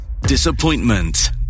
disappointment